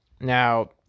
Now